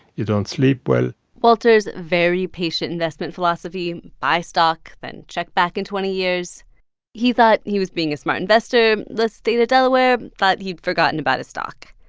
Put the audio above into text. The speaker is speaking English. you don't sleep well walter's very patient investment philosophy buy stock, then check back in twenty years he thought he was being a smart investor. the state of delaware thought he'd forgotten about a stock.